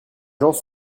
gens